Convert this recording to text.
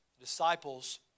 disciples